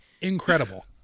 incredible